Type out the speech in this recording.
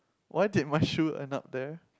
why did my shoe end up there